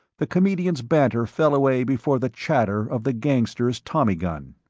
the comedian's banter fell away before the chatter of the gangster's tommy gun.